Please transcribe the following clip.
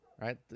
right